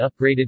upgraded